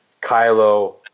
Kylo